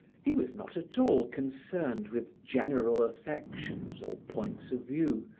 he was not at all concerned with general affections or points of view,